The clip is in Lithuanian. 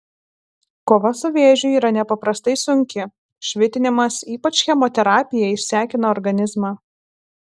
kova su vėžiu yra nepaprastai sunki švitinimas ypač chemoterapija išsekina organizmą